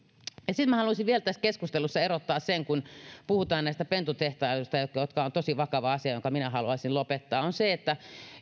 sitten minä haluaisin vielä tässä keskustelussa erottaa sen kun puhutaan pentutehtailusta joka on tosi vakava asia jonka minä haluaisin lopettaa että